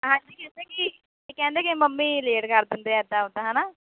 ਹਾਂਜੀ ਕਹਿੰਦੇ ਕਿ ਕਹਿੰਦੇ ਕਿ ਮੰਮੀ ਲੇਟ ਕਰ ਦਿੰਦੇ ਹਾਂ ਇੱਦਾਂ ਉੱਦਾਂ ਹੈ ਨਾ